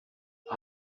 vad